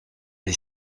les